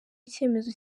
icyemezo